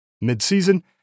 Mid-season